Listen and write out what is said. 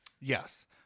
Yes